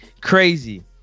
crazy